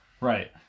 right